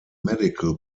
medical